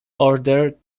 order